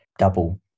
Double